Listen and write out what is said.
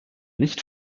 nicht